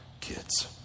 kids